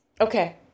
Okay